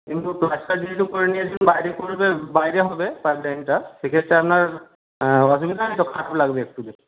কিন্তু প্লাস্টার যেহেতু করে নিয়েছেন বাইরে করবে বাইরে হবে পাইপ লাইনটা সেক্ষেত্রে আপনার অসুবিধা নেই তবে খারাপ লাগবে একটু দেখতে